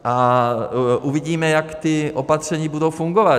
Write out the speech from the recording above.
A uvidíme, jak ta opatření budou fungovat.